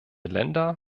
länder